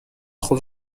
خود